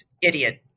idiot